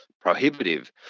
prohibitive